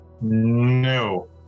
No